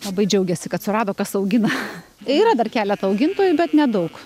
labai džiaugiasi kad surado kas augina yra dar keletą augintojų bet nedaug